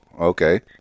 Okay